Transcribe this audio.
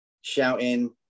shouting